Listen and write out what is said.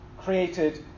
created